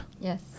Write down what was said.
yes